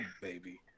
baby